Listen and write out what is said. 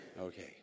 Okay